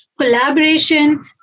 collaboration